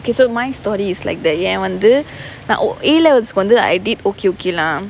okay so my story is like that ஏன் வந்து:yaen vanthu A levels I did okay okay lah